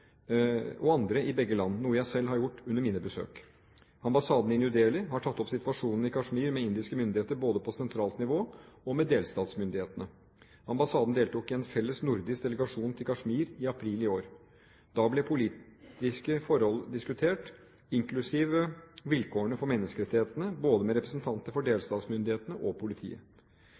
begge land, noe jeg selv har gjort under mine besøk. Ambassaden i New Dehli har tatt opp situasjonen i Kashmir med indiske myndigheter, både på sentralt nivå og med delstatsmyndighetene. Ambassaden deltok i en felles nordisk delegasjon til Kashmir i april i år. Da ble politiske forhold diskutert – inklusiv vilkårene for menneskerettighetene – med både representanter for delstatsmyndighetene og politiet.